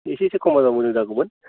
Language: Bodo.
एसेसो खमायबा मोजां जागौमोन